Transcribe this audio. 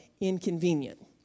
inconvenient